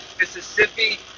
Mississippi